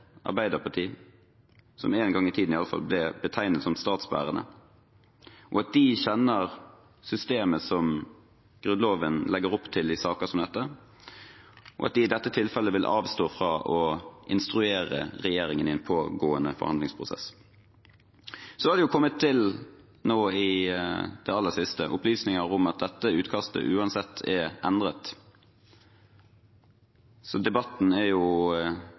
Arbeiderparti, som en gang i tiden i alle fall ble betegnet som statsbærende, om at de kjenner systemet som Grunnloven legger opp til i saker som dette, og at de i dette tilfellet vil avstå fra å instruere regjeringen i en pågående forhandlingsprosess. I det aller siste er det kommet opplysninger om at dette utkastet er endret, så debatten er jo